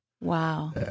Wow